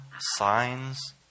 signs